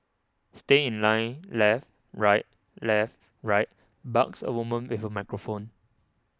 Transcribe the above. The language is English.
stay in line left right left right barks a woman with a microphone